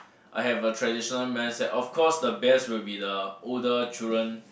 I have a traditional mindset of course the best will be the older children